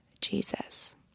Jesus